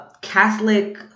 Catholic